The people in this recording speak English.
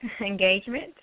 engagement